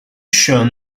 sure